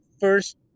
first